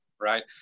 right